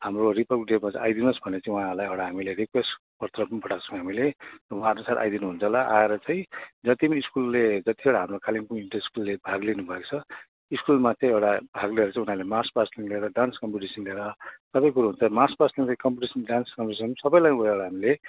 हाम्रो रिपब्लिक डेमा चाहिँ आइदिनुहोस् भनेर चाहिँ उहाँहरूलाई एउटा हामीले रिक्वेस्ट पत्र पनि पठाएको छौँ हामीले उहाँहरू सब आइदिनुहुन्छ होला आएर चाहिँ जति पनि स्कुलले जतिवटा हाम्रो कालेबुङ इन्टर स्कुलले भाग लिनेभएको छ स्कुलमा चाहिँ एउटा भाग लिएर चाहिँ उनीहरूले मार्च पासदेखिन् लिएर डान्स कम्पिटिसन लिएर सबै कुरो हुन्छ मार्च पासदेखि कम्पिटिसन डान्स कम्पिटिसन सबैलाई ऊ गरेर हामीले